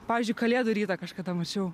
pavyzdžiui kalėdų rytą kažkada mačiau